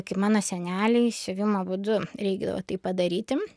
kaip mano seneliai siuvimo būdu reikdavo tai padaryti